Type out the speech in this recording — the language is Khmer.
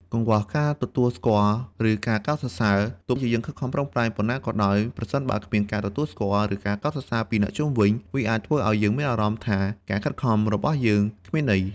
កង្វះការទទួលស្គាល់ ឬការកោតសរសើរ ទោះយើងខិតខំប្រឹងប្រែងប៉ុណ្ណាក៏ដោយ ប្រសិនបើគ្មានការទទួលស្គាល់ ឬកោតសរសើរពីអ្នកជុំវិញ វាអាចធ្វើឲ្យយើងមានអារម្មណ៍ថាការខិតខំរបស់យើងគ្មានន័យ។